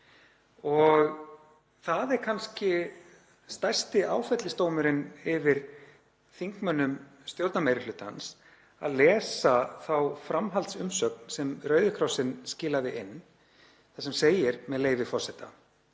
Það er kannski stærsti áfellisdómurinn yfir þingmönnum stjórnarmeirihlutans að lesa þá framhaldsumsögn sem Rauði krossinn skilaði inn, þar sem segir, með leyfi forseta: